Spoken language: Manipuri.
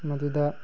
ꯃꯗꯨꯗ